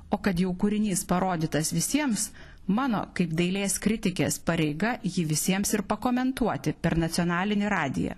o kad jau kūrinys parodytas visiems mano kaip dailės kritikės pareiga jį visiems ir pakomentuoti per nacionalinį radiją